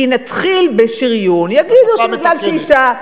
כי נתחיל בשריון, יגידו שזה בגלל שהיא אשה.